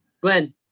Glenn